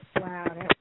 Wow